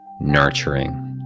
nurturing